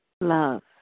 love